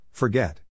Forget